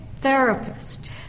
therapist